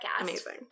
Amazing